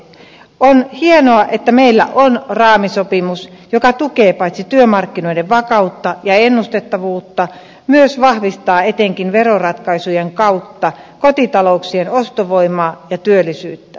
on hienoa että meillä on raamisopimus joka paitsi tukee työmarkkinoiden vakautta ja ennustettavuutta myös vahvistaa etenkin veroratkaisujen kautta kotitalouksien ostovoimaa ja työllisyyttä